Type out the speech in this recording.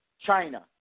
China